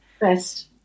best